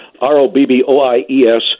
R-O-B-B-O-I-E-S